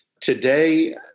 Today